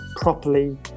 properly